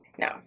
No